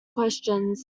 questions